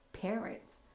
parents